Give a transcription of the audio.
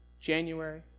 January